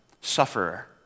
sufferer